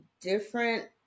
different